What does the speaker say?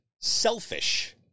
selfish